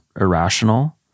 irrational